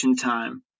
time